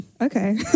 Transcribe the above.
okay